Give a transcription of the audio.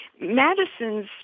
Madison's